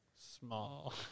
Small